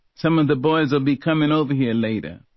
some of the boys will be coming over here later.